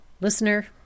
listener